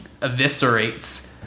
eviscerates